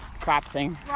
collapsing